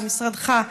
ממשרדך,